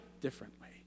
differently